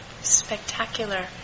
Spectacular